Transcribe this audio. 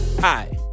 Hi